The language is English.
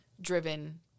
driven